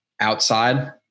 outside